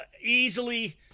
easily